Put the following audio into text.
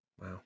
Wow